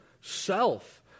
self